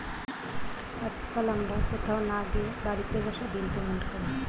আজকাল আমরা কোথাও না গিয়ে বাড়িতে বসে বিল পেমেন্ট করি